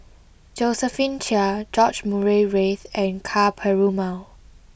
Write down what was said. Josephine Chia George Murray Reith and Ka Perumal